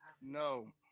No